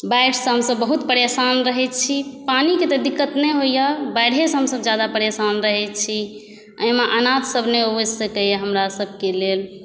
बाढ़िसँ हमसब बहुत परेशान रहै छी पानिके तऽ दिक्कत नहि होइया बाढ़िसँ हमसब ज्यादा परेशान रहै छी एहिमे अनाज सब नहि उपजि सकैया हमरा सबके लेल